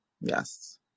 yes